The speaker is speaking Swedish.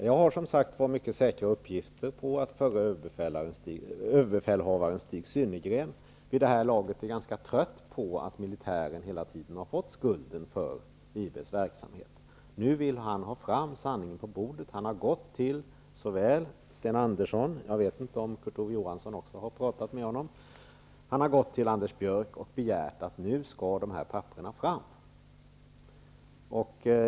Jag har, som sagt, mycket säkra uppgifter på att förre överbefälhavaren Stig Synnergren vid det här laget är ganska trött på att militären hela tiden har fått skulden för IB:s verksamhet. Nu vill han ha fram sanningen i dagen. Han har gått till såväl Sten Andersson -- jag vet inte om också Kurt Ove Johansson har talat med honom -- som Anders Björck och begärt att pappren nu skall läggas fram.